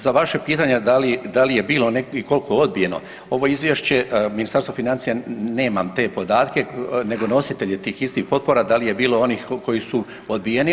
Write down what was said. Za vaša pitanja da li je bilo i koliko je odbijeno ovo izvješće Ministarstvo financija, nemam te podatke nego nositelje tih istih potpora da li je bilo onih koji su odbijeni.